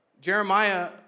Jeremiah